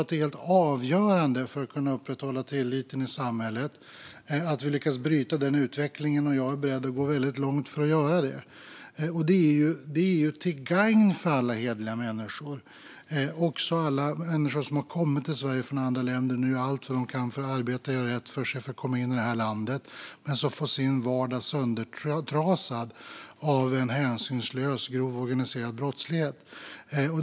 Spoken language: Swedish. Det är helt avgörande för att kunna upprätthålla tilliten i samhället att vi lyckas bryta den utvecklingen, och jag är beredd att gå väldigt långt för att göra det. Det är till gagn för alla hederliga människor och också för alla människor som har kommit till Sverige från andra länder och nu gör allt för att arbeta och göra rätt för sig för att komma in i det här landet. De får sin vardag söndertrasad av en hänsynslös grov organiserad brottslighet.